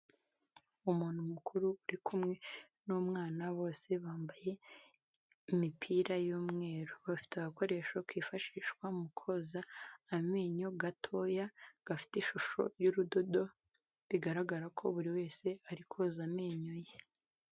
Umuntu mukuru uri kumwe n'umwana bose bambaye imipira y'umweru. Bafite agakoresho kifashishwa mu koza amenyo gatoya gafite ishusho y'urudodo, bigaragara ko buri wese ari koza amenyo ye.